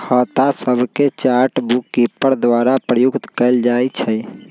खता सभके chart bookkeeper द्वारा प्रयुक्त कएल जाइ छइ